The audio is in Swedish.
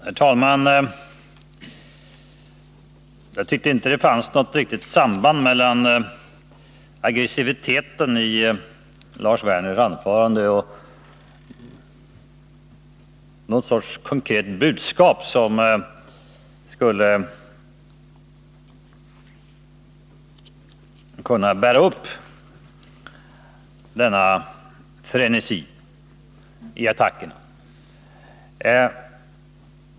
Herr talman! Jag tyckte inte det fanns något riktigt samband mellan aggressiviteten i Lars Werners anförande och den sorts konkreta budskap som skulle kunna bära upp frenesin i attacken.